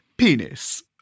Penis